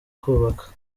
kubaka